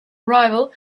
rival